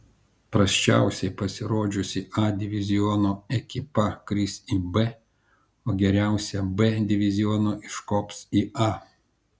prasčiausiai pasirodžiusi a diviziono ekipa kris į b o geriausia b diviziono iškops į a